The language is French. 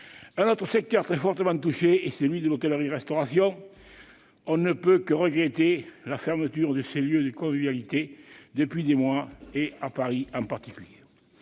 Un autre secteur très fortement touché est celui de l'hôtellerie-restauration. On ne peut que regretter la fermeture de ces lieux de convivialité depuis des mois, en particulier